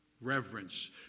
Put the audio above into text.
reverence